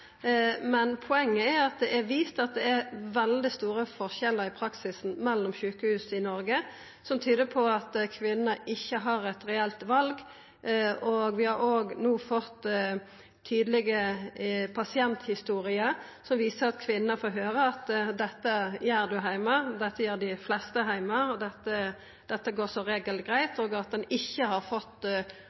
men poenget er at det er vist at det mellom sjukehus i Noreg er veldig store forskjellar i praksisen, som tyder på at kvinna ikkje har eit reelt val. Vi har òg no fått tydelege pasienthistorier som viser at kvinner får høyra at dette gjer ein heime, dette gjer dei fleste heime, og dette går som regel greitt – og at ein ikkje har fått